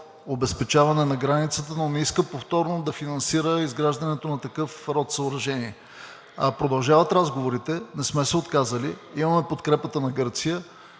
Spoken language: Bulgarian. обезпечаване на границата, но не иска повторно да финансира изграждането на такъв род съоръжение. Продължават разговорите, не сме се отказали. Имаме подкрепата на Гърция.